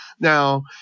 Now